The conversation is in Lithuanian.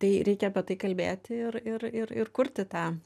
tai reikia apie tai kalbėti ir ir ir ir kurti tą